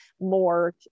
more